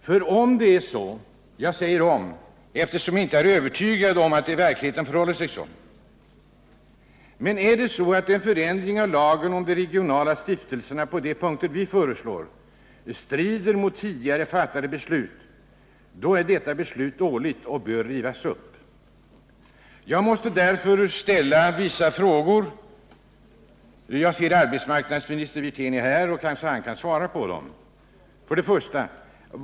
För om det är så — jag säger om, eftersom jag inte är övertygad om att det verkligen förhåller sig så — att en förändring av lagen om de regionala stiftelserna på de punkter vi föreslår strider mot tidigare fattade beslut, då är detta beslut dåligt och bör rivas upp. Därför måste jag ställa vissa frågor, och jag ser nu att arbetsmarknadsministern Wirtén är här. Han kan kanske svara på dem.